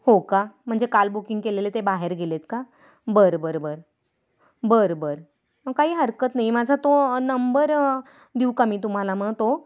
हो का म्हणजे काल बुकिंग केलेले ते बाहेर गेले आहेत का बरं बर बर बर बर काही हरकत नाही माझा तो नंबर देऊ का मी तुम्हाला मग तो